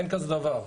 אין כזה דבר.